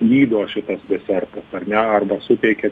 gydo šitas desertas ar ne arba suteikia